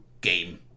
game